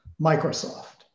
Microsoft